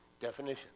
definition